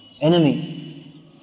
enemy